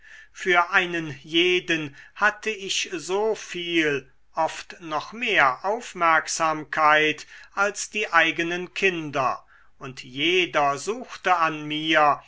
für einen jeden hatte ich so viel oft noch mehr aufmerksamkeit als die eigenen kinder und jeder suchte an mir